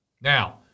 Now